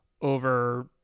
over